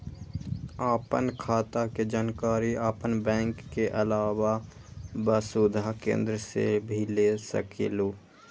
आपन खाता के जानकारी आपन बैंक के आलावा वसुधा केन्द्र से भी ले सकेलु?